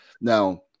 now